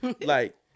like-